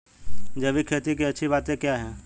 जैविक खेती की अच्छी बातें क्या हैं?